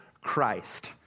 Christ